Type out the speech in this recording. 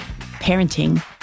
parenting